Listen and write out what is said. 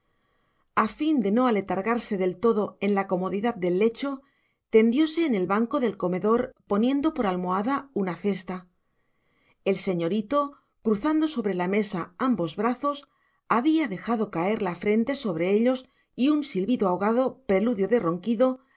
a fin de no aletargarse del todo en la comodidad del lecho tendióse en el banco del comedor poniendo por almohada una cesta el señorito cruzando sobre la mesa ambos brazos había dejado caer la frente sobre ellos y un silbido ahogado preludio de ronquido